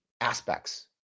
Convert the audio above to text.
aspects